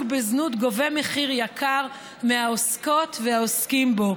בזנות גובה מחיר יקר מהעוסקות ומהעוסקים בו,